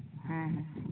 ᱦᱮᱸ ᱦᱮᱸ